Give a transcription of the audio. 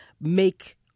make